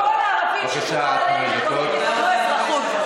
כן, כל הערבים, יקבלו אזרחות.